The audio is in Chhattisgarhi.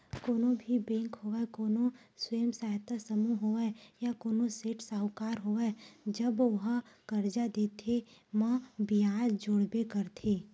कोनो भी बेंक होवय कोनो स्व सहायता समूह होवय या कोनो सेठ साहूकार होवय जब ओहा करजा देथे म बियाज जोड़बे करथे